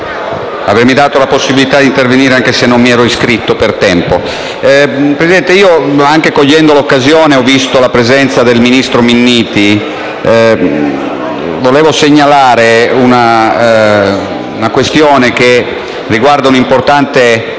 avermi dato la possibilità di intervenire anche se non mi ero iscritto per tempo. Cogliendo l'occasione della presenza del ministro Minniti, volevo segnalare una questione che riguarda l'importante